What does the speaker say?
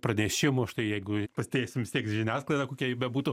pranešimų štai jeigu pasiteisim vis tiek žiniasklaidą kokia ji bebūtų